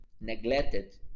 neglected